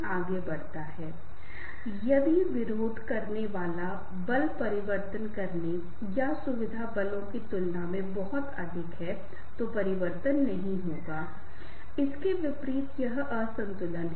फिर casual relationship आता है कभी कभी आप पिकनिक या कुछ स्थानों पर जा रहे हैं और आकस्मिक रूप से हम किसी से मिलते हैं ट्रेन में हो सकते हैं हवाई अड्डे पर हो सकते हैं और बस हाय हैलो कह सकते हैं और नाम पूछते हैं और यह की आप कहां जा रहे हैं